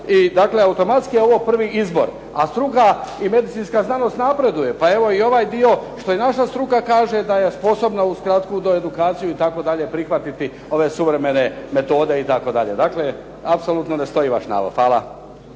dakle automatski je ovo prvi izbor. A struka i medicinska znanost napreduje. Pa evo i ovaj dio što je naša struka kaže da je sposobna uz kratku edukaciju itd. prihvatiti ove suvremene metode itd. Dakle, apsolutno ne stoji vaš navod. Hvala.